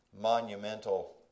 monumental